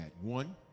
One